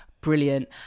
brilliant